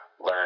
Learn